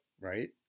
right